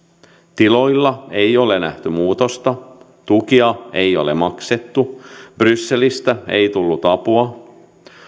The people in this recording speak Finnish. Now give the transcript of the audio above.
tiloilla ei ole nähty muutosta tukia ei ole maksettu brysselistä ei tullut apua